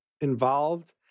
involved